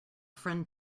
friend